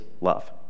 love